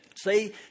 See